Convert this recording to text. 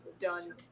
done